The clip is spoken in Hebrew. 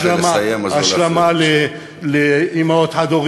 השלמה, רק לא להפריע.